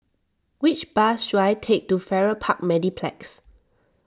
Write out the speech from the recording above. which bus should I take to Farrer Park Mediplex